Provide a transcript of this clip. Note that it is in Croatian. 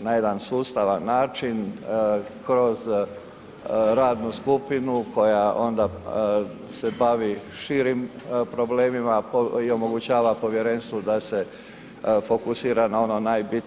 na jedan sustavan način kroz radnu skupinu koja onda se bavi širim problemima i omogućava povjerenstvu da se fokusira na ono najbitnije.